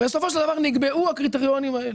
בסופו של דבר נקבעו הקריטריונים האלה.